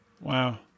Wow